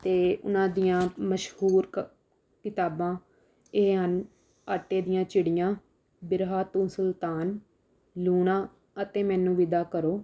ਅਤੇ ਉਨ੍ਹਾਂ ਦੀਆਂ ਮਸ਼ਹੂਰ ਕ ਕਿਤਾਬਾਂ ਇਹ ਹਨ ਆਟੇ ਦੀਆਂ ਚਿੜੀਆਂ ਬਿਰਹਾ ਤੂੰ ਸੁਲਤਾਨ ਲੂਣਾ ਅਤੇ ਮੈਨੂੰ ਵਿਦਾ ਕਰੋ